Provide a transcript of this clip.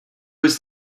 was